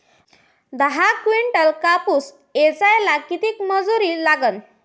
दहा किंटल कापूस ऐचायले किती मजूरी लागन?